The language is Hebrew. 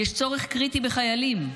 יש צורך קריטי בחיילים.